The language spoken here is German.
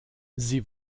sie